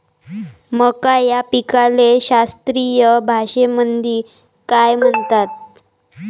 मका या पिकाले शास्त्रीय भाषेमंदी काय म्हणतात?